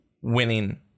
winning